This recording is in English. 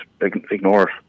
ignore